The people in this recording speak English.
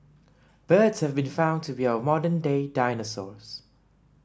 birds have been found to be our modern day dinosaurs